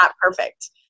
perfect